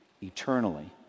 eternally